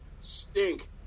stink